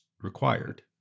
required